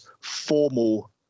formal